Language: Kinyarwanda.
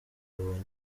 yabonye